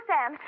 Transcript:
Sam